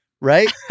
right